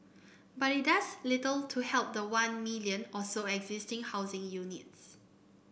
but it does little to help the one million or so existing housing units